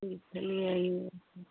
चले आइए